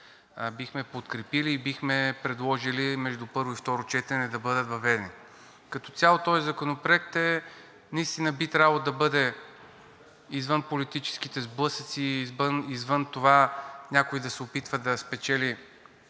бихме подкрепили и бихме предложили между първо и второ четене да бъдат въведени. Като цяло този законопроект наистина би трябвало да бъде извън политическите сблъсъци, извън това някой да се опитва да спечели